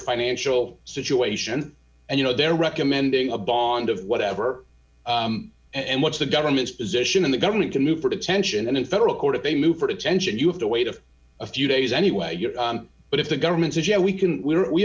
financial situation and you know they're recommending a bond of whatever and what's the government's position in the government can do for detention and in federal court if they move for attention you have to wait of a few days anyway but if the government says you know we can we